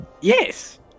Yes